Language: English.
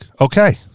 okay